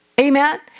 amen